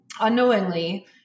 unknowingly